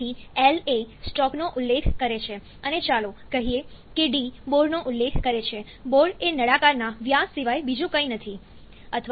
તેથી L એ સ્ટ્રોકનો ઉલ્લેખ કરે છે અને ચાલો કહીએ કે D બોરનો ઉલ્લેખ કરે છે બોર એ નળાકારના વ્યાસ સિવાય બીજું કંઈ નથી